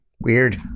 Weird